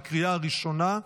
בקריאה ראשונה.